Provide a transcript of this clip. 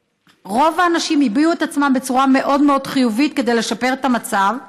רוב האנשים הביעו את עצמם בצורה מאוד מאוד חיובית כדי לשפר את המצב,